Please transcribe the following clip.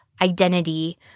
identity